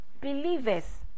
Believers